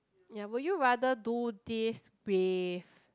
ya would you rather do this with